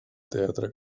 teatre